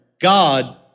God